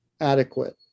adequate